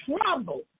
trouble